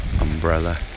umbrella